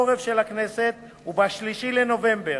הכנסת, וב-3 בנובמבר,